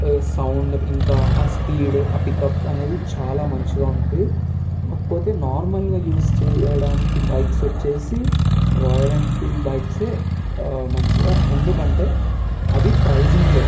sound ఇంకా ఆ speed ఆ పికప్ అనేది చాలా మంచిగా ఉంటుంది కాకపోతే నార్మల్గా యూస్ చేయడానికి బైక్స్ వచ్చేసి రాయల్ ఎన్ఫీల్డ్ బైక్స్యే మంచిగా ఎందుకంటే అవి ప్రైసింగ్లో